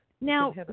now